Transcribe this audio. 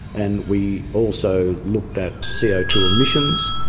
and we also looked at c o two emissions,